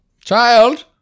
Child